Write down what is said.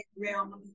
realm